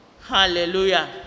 Hallelujah